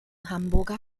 hamburger